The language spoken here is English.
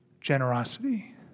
generosity